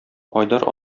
айдар